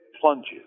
plunges